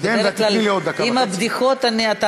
כי בדרך כלל עם הבדיחות אתה גולש.